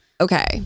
okay